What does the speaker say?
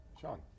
Sean